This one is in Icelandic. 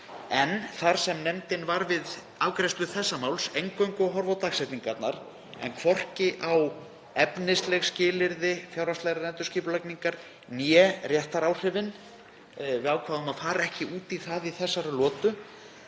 En þar sem nefndin var við afgreiðslu þessa máls eingöngu að horfa á dagsetningarnar en hvorki á efnisleg skilyrði fjárhagslegrar endurskipulagningar né réttaráhrifin — við ákváðum að fara ekki út í það í þessari lotu